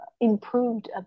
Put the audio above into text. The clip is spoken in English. improved